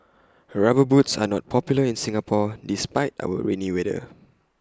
rubber boots are not popular in Singapore despite our rainy weather